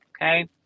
okay